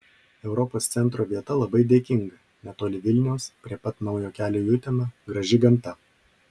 europos centro vieta labai dėkinga netoli vilniaus prie pat naujo kelio į uteną graži gamta